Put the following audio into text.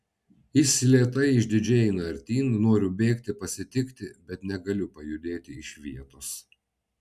jis lėtai išdidžiai eina artyn noriu bėgti pasitikti bet negaliu pajudėti iš vietos